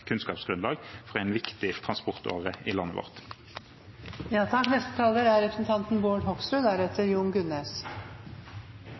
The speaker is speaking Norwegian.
kunnskapsgrunnlag for en viktig transportåre i landet vårt. Ja, det er